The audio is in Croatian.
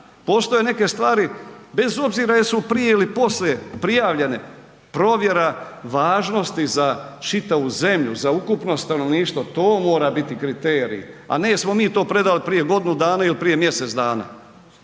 postoje neke stvari bez obzira jesu prije ili poslije prijavljene, provjera važnosti za čitavu zemlju, za ukupno stanovništvo, to mora biti kriterij a ne jesno mi to predali prije godinu dana ili prije mjesec dana.